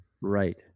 right